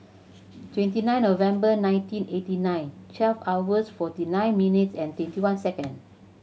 twenty nine November nineteen eighty nine twelve hours forty nine minutes and twenty one second